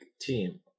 team